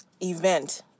event